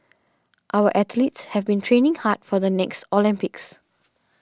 our athletes have been training hard for the next Olympics